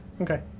Okay